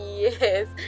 Yes